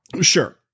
Sure